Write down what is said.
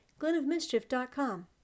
glenofmischief.com